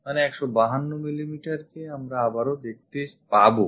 মানে 152 mm কে আমরা আবারও দেখতে পাবো